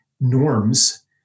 norms